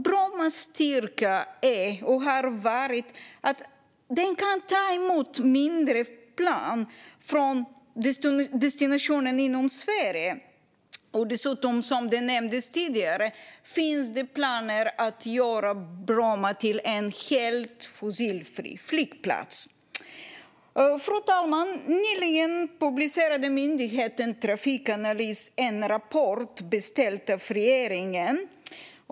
Brommas styrka är, och har varit, att flygplatsen kan ta emot mindre plan från destinationer inom Sverige. Det finns dessutom, som nämndes tidigare, planer på att göra Bromma till en helt fossilfri flygplats. Fru talman! Nyligen publicerade myndigheten Trafikanalys en rapport som är beställd av regeringen.